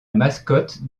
mascotte